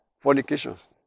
fornications